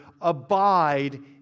abide